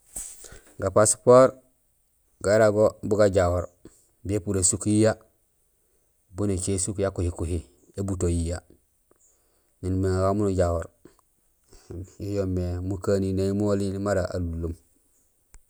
Ga passeport gara go bu gajahoor, bépur ésuk yiya boon écé ésuk ya kuhi kuhi ébuto yiya miin uñumé éŋa miin ujahoor, yo yoomé mukaninay moliil mara alunlum.